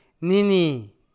nini